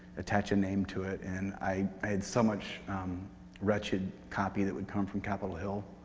attach a name to it. and i had such wretched copy that would come from capitol hill,